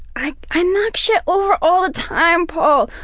i i knock shit over all the time, paul!